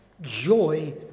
joy